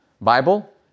Bible